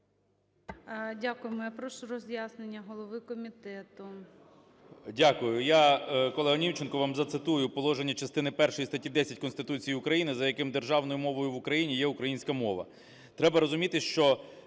Дякую. Я, колега Німченко, вам зацитую положення частини першої статті 10 Конституції України, за яким державною мовою в України є українська мова.